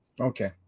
Okay